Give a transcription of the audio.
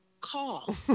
call